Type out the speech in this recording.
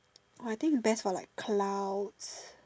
orh I think best for like clouds